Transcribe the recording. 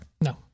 No